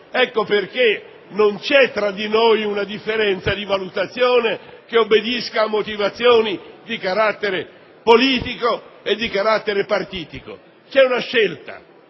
motivo non vi è, tra di noi, una differenza di valutazione che obbedisca a motivazioni di carattere politico o di carattere partitico. Si tratta